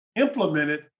implemented